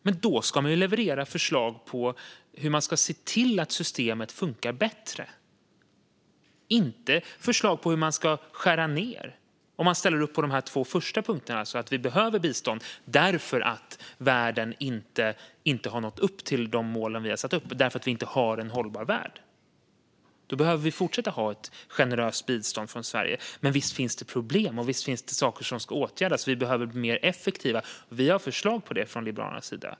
Men då ska man leverera förslag om hur man ska se till att systemet funkar bättre, inte förslag om hur man ska skära ned. Om man ställer upp på de två första punkterna, alltså att vi behöver bistånd därför att världen inte har nått upp till de mål vi har satt upp och därför att vi inte har en hållbar värld, behöver vi fortsätta att ha ett generöst bistånd från Sverige. Men visst finns det problem, och visst finns det saker som ska åtgärdas. Vi behöver bli mer effektiva. Vi har förslag om det från Liberalernas sida.